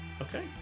Okay